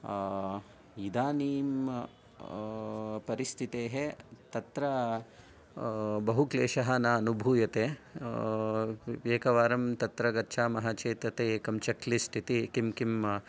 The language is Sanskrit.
इदानीं परिस्थितेः तत्र बहु क्लेशः न अनुभूयते एकवारं तत्र गच्छामः चेत् ते एकं चेक्लिस्ट् इति किं किं